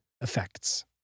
effects